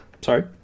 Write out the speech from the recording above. Sorry